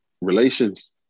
relations